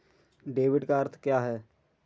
Debit का अर्थ क्या है?